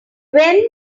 when